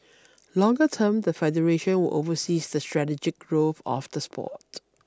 longer term the federation will oversee the strategic growth of the sport